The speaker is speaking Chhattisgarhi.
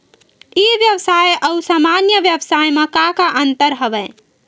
ई व्यवसाय आऊ सामान्य व्यवसाय म का का अंतर हवय?